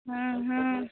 हँ हँ